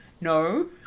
no